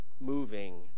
moving